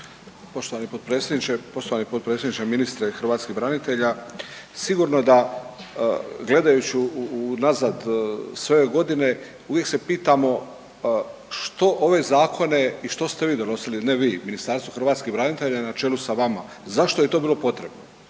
Poštovani potpredsjedniče, ministre hrvatskih branitelja sigurno da gledajući unazad sve ove godine uvijek se pitamo što ove zakone i što ste vi donosili, ne vi, Ministarstvo hrvatskih branitelja na čelu sa vama. Zašto je to bilo potrebno?